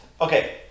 Okay